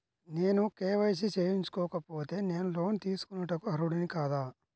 నేను కే.వై.సి చేయించుకోకపోతే నేను లోన్ తీసుకొనుటకు అర్హుడని కాదా?